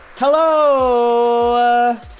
Hello